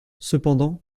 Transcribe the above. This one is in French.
cependant